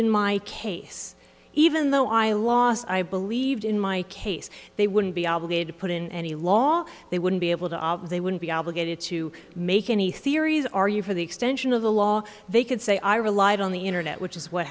in my case even though i lost i believed in my case they wouldn't be obligated to put in any law they wouldn't be able to they wouldn't be obligated to make any theories are you for the extension of the law they could say i relied on the internet which is what